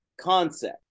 concept